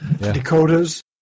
Dakotas